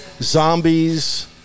Zombies